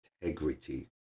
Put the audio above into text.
integrity